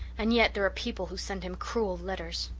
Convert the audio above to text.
and yet there are people who send him cruel letters!